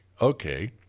okay